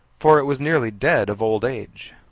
for it was nearly dead of old age.